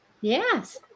Yes